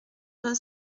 vingt